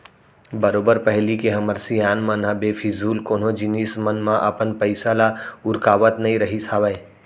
बरोबर पहिली के हमर सियान मन ह बेफिजूल कोनो जिनिस मन म अपन पइसा ल उरकावत नइ रहिस हावय